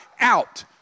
out